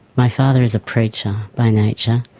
my father is a preacher by nature,